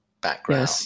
background